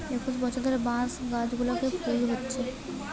একশ বছর ধরে বাঁশ গাছগুলোতে ফুল হচ্ছে